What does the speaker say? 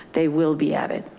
they will be added,